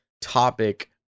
topic